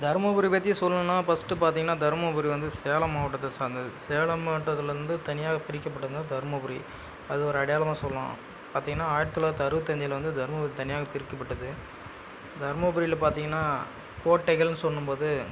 தர்மபுரியப் பற்றி சொல்லணுன்னா ஃபர்ஸ்ட்டு பார்த்திங்கனா தர்மபுரி வந்து சேலம் மாவட்டத்தை சார்ந்தது சேலம் மாவட்டத்துலருந்து தனியாகப் பிரிக்கப்பட்டது தான் தர்மபுரி அது ஒரு அடையாளமாக சொல்லலாம் பார்த்திங்கனா ஆயிரத்து தொள்ளாயிரத்து அறுபத்தஞ்சில வந்து தர்மபுரி தனியாக பிரிக்கப்பட்டது தர்மபுரியில பார்த்திங்கனா கோட்டைகள்னு சொல்லும்போது